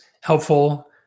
helpful